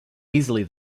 easily